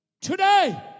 Today